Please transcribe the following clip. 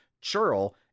Churl